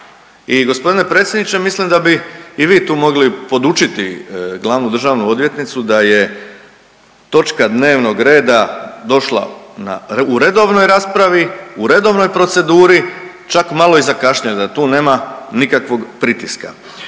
I gospodine predsjedniče mislim da bi i vi tu mogli podučiti glavnu državnu odvjetnicu da je točka dnevnog reda došla u redovnoj raspravi u redovnoj proceduri, čak malo i zakašnjela da tu nema nikakvog pritiska.